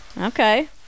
Okay